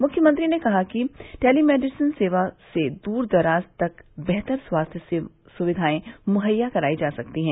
मुख्यमंत्री ने कहा कि टेलीमेडिसिन सेवा से दूर दराज तक बेहतर स्वास्थ्य सुविघायें मुहैया करायी जा सकती है